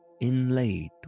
inlaid